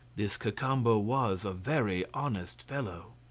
this cacambo was a very honest fellow.